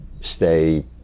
stay